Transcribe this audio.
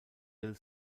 hill